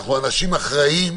אנחנו אנשים אחראים,